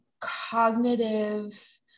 cognitive